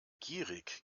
gierig